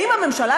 האם הממשלה,